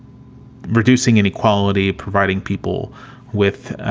reducing inequality, providing people with